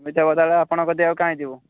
ଏମିତି ହେବ ତା'ହେଲେ ଆପଣଙ୍କ କତିକି ଆଉ କାଇଁ ଯିବୁ